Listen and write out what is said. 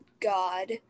god